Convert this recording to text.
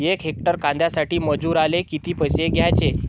यक हेक्टर कांद्यासाठी मजूराले किती पैसे द्याचे?